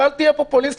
ואל תהיה פופוליסט,